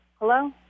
Hello